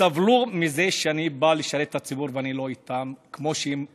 סבלו מזה שאני בא לשרת את הציבור ואני לא איתם כמו שהם רצו.